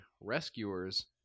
rescuers